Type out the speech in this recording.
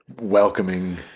welcoming